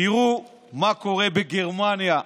תראו מה קורה בגרמניה,